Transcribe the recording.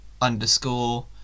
underscore